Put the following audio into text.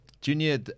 Junior